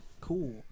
Cool